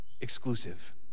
exclusive